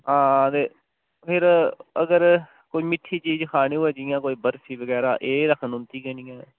हां ते फिर अगर कोई मिट्ठी चीज खानी होये जि'यां कोई बर्फी बगैरा एह् ते खलोंदी गै निं ऐ